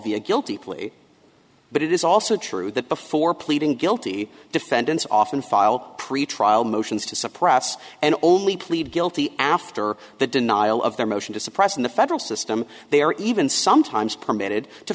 the a guilty plea but it is also true that before pleading guilty defendants often file pretrial motions to suppress and only plead guilty after the denial of their motion to suppress in the federal system they are even sometimes permitted to